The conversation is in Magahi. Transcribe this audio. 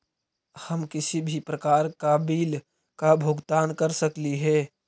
हम किसी भी प्रकार का बिल का भुगतान कर सकली हे?